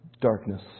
Darkness